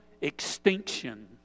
extinction